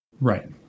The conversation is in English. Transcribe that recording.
Right